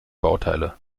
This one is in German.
bauteile